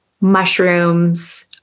mushrooms